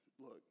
Look